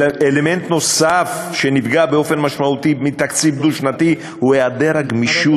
אלמנט נוסף שנפגע באופן משמעותי מתקציב דו-שנתי הוא היעדר הגמישות.